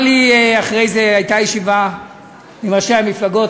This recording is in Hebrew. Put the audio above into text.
אחרי זה הייתה ישיבה עם ראשי המפלגות,